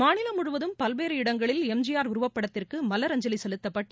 மாநிலம் முழுவதும் பல்வேறு இடங்களில் எம்ஜிஆர் உருவப்படத்திற்கு மலரஞ்சலி செலுத்தப்பட்டு